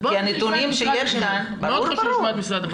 כי הנתונים שיש כאן --- נשמע את משרד החינוך.